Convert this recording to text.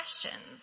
questions